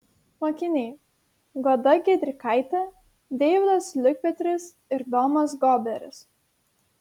mokiniai goda giedrikaitė deividas liukpetris ir domas goberis